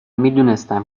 میدونستم